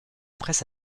presse